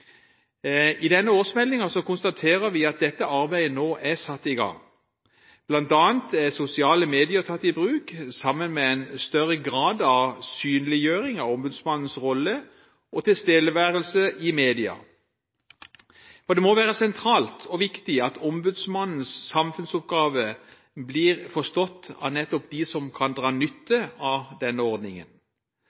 I denne årsmeldingen konstaterer vi at dette arbeidet nå er satt i gang. Blant annet er sosiale medier tatt i bruk, sammen med en større grad av synliggjøring av Ombudsmannens rolle og tilstedeværelse i media. Det må være sentralt og viktig at Ombudsmannens samfunnsoppgave blir forstått av nettopp dem som kan dra nytte av denne ordningen.